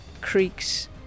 creeks